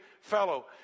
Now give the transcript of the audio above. fellow